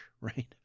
right